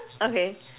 okay